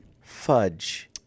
fudge